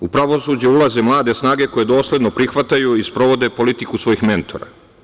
U pravosuđe ulaze mlade snage koje dosledno prihvataju i sprovode politiku svojih mentora.